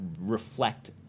reflect